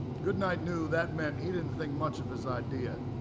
goodnight knew that meant he didn't think much of this idea.